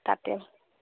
তাতে